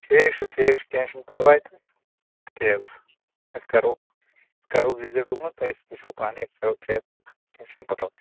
ٹھیٖک چھُ ٹھیٖک چھُ کیٚنٛہہ چھُنہٕ پَرواے تہٕ کیٚنٛہہ حظ کَرو کَرو وِزِٹ اورکُن نا أسۍ وُچھو پانٕے أسۍ کَرو چیک تہٕ کیٚنٛہہ چھُنہٕ پَرواے